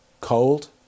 cold